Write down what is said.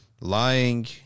lying